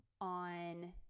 on